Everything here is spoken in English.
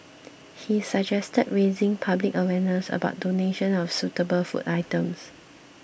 he suggested raising public awareness about donations of suitable food items